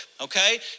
okay